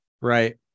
Right